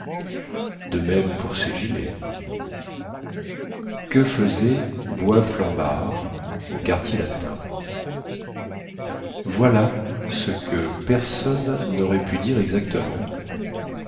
de même pour ses gilets que faisait boisflambard au quartier latin voilà ce que personne naurait pu dire exactement